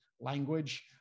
language